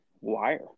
wire